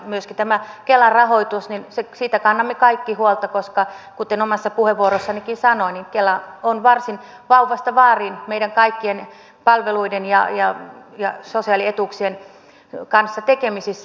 myöskin tästä kelan rahoituksesta kannamme kaikki huolta koska kuten omassa puheenvuorossanikin sanoin kela on varsin vauvasta vaariin meidän kaikkien palveluiden ja sosiaalietuuksien kanssa tekemisissä